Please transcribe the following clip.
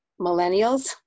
millennials